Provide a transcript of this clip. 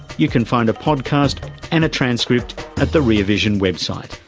you can find a podcast and a transcript at the rear vision website.